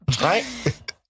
Right